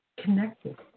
connected